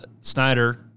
Snyder